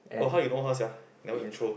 oh how you know her sia never intro